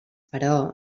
però